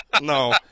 no